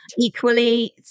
Equally